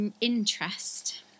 interest